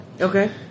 Okay